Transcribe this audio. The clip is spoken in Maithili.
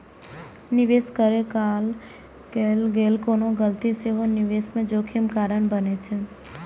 निवेश करैत काल कैल गेल कोनो गलती सेहो निवेश मे जोखिम कारण बनै छै